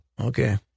Okay